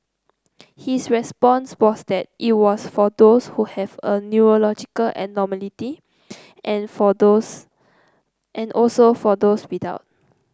his response was that it was for those who have a neurological abnormality and for those and also for those without